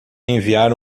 enviar